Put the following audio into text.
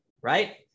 right